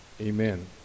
amen